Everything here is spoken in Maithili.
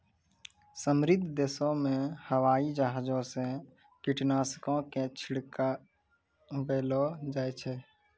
समृद्ध देशो मे हवाई जहाजो से कीटनाशको के छिड़कबैलो जाय छै